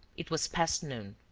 it was past noon.